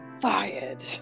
fired